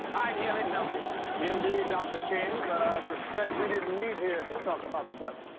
i nearly melted. indeed, dr. king, but i suspect we didn't meet here to talk about the weather.